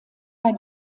bei